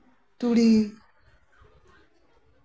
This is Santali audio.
ᱛᱩᱲᱤ